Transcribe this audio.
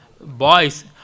Boys